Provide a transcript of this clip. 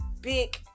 big